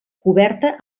coberta